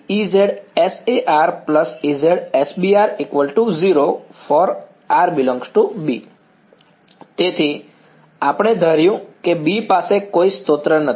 z sA Ez sB 0 for r ∈ B તેથી આપણે ધાર્યું કે B પાસે કોઈ સ્ત્રોત નથી